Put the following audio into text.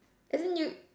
as in you